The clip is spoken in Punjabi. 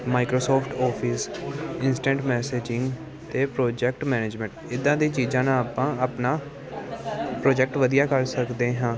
ਮਾਈਕਰੋਸੋਫਟ ਆਫਿਸ ਇੰਸਟੈਂਟ ਮੈਸੇਜਿੰਗ ਅਤੇ ਪ੍ਰੋਜੈਕਟ ਮੈਨੇਜਮੈਂਟ ਇੱਦਾਂ ਦੀਆਂ ਚੀਜ਼ਾਂ ਨਾ ਆਪਾਂ ਆਪਣਾ ਪ੍ਰੋਜੈਕਟ ਵਧੀਆ ਕਰ ਸਕਦੇ ਹਾਂ